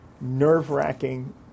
nerve-wracking